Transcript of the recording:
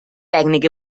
tècnic